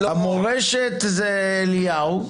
המורשת זה אליהו.